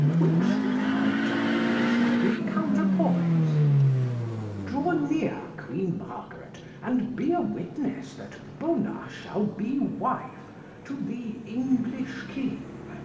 which with her dowrie shall be counter-poys'd draw neere, queene margaret, and be a witnesse, that bona shall be wife to the english king